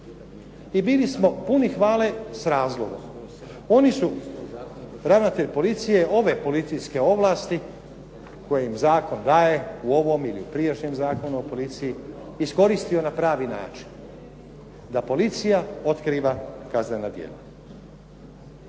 I bili smo puni hvale sa razlogom. Oni su, ravnatelj policije, ove policijske ovlasti koje im zakon daje u ovom ili prijašnjem Zakonu o policiji iskoristio na pravi način da policija otkriva kaznena djela.